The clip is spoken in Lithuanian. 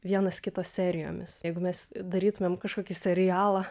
vienas kito serijomis jeigu mes darytumėm kažkokį serialą